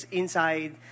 inside